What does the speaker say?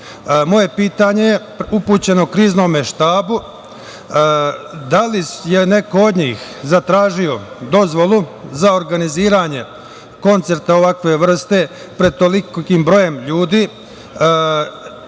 mera. Moje pitanje je upućeno Kriznom štabu – da li je neko od njih zatražio dozvolu za organizovanje koncerta ovakve vrste pred tolikim brojem ljudi,